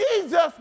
Jesus